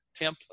template